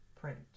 print